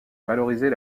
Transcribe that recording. valoriser